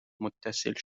متصل